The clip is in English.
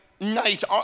night